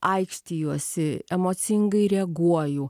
aikštijuosi emocingai reaguoju